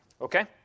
Okay